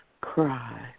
cry